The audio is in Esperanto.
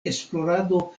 esplorado